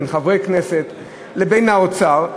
בין חברי כנסת לבין האוצר.